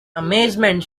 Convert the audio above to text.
amazement